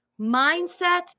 mindset